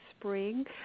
spring